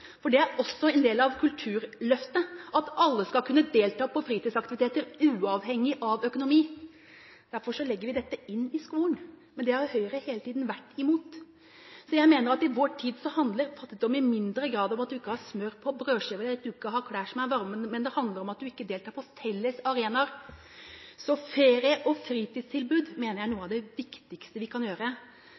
for det er også en del av Kulturløftet at alle skal kunne delta på fritidsaktiviteter uavhengig av økonomi. Derfor legger vi dette inn i skolen. Det har Høyre hele tiden vært imot. Jeg mener at fattigdom i vår tid i mindre grad handler om at man ikke har smør på brødskiva eller at man ikke har klær som er varme, men det handler om at man ikke deltar på felles arenaer. Ferie- og fritidstilbud mener jeg er noe av det viktigste vi kan gjøre